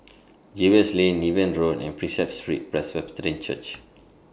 Jervois Lane Niven Road and Prinsep Street Presbyterian Church